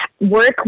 work